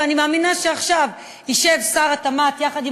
ואני מאמינה שעכשיו ישב שר התמ"ת יחד עם